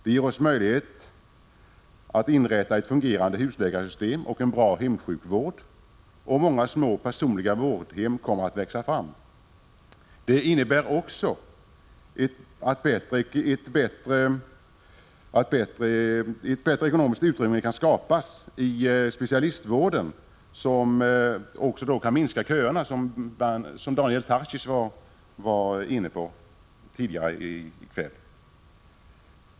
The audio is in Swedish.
Det ger oss möjlighet att inrätta ett fungerande husläkarsystem och en bra hemsjukvård, och många små, personliga vårdhem kommer att växa fram. Det innebär också att ett bättre ekonomiskt utrymme kan skapas för specialistvården, till vilken köerna på så sätt skulle kunna minskas, vilket Daniel Tarschys var inne på tidigare.